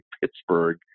Pittsburgh